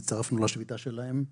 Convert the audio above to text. הצטרפנו לשביתה שלהם.